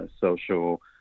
social